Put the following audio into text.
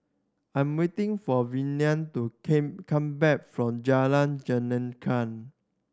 I'm waiting for Velia to came come back from Jalan